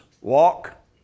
walk